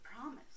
Promise